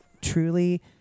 truly